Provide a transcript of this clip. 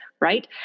Right